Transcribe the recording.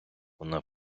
вона